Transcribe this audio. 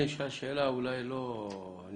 אני אשאל שאלה אולי לא נעימה.